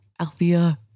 Althea